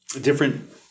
different